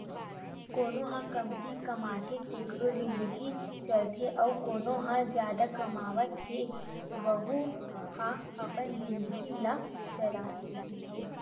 कोनो ह कमती कमाथे तेखरो जिनगी चलथे अउ कोना ह जादा कमावत हे वहूँ ह अपन जिनगी ल जीथे